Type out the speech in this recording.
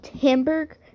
Hamburg